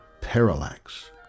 Parallax